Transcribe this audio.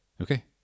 Okay